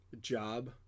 job